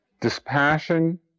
Dispassion